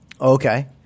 Okay